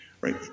Right